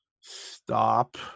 stop